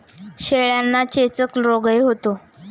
शेळ्यांना चेचक रोगही होतो